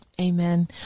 Amen